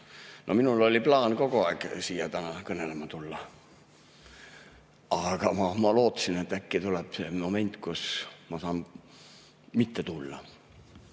Minul oli plaan kogu aeg siia täna kõnelema tulla, aga ma lootsin, et äkki tuleb see moment, kus ma saan mitte tulla. Ma